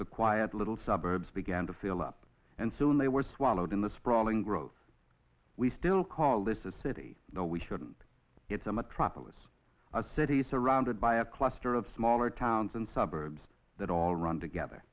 the quiet little suburbs began to fill up and soon they were swallowed in the sprawling growth we still call this a city no we shouldn't it's a metropolis a city surrounded by a cluster of smaller towns and suburbs that all run together